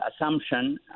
assumption